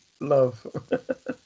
Love